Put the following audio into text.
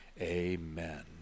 Amen